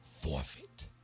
forfeit